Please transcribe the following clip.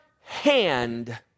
hand